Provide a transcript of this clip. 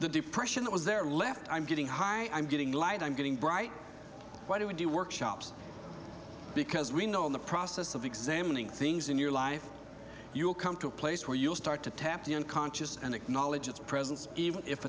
the depression that was there left i'm getting high i'm getting light i'm getting bright why do i do workshops because we know in the process of examining things in your life you'll come to a place where you'll start to tap the unconscious and acknowledge its presence even if